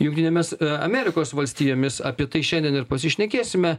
jungtinėmis amerikos valstijomis apie tai šiandien ir pasišnekėsime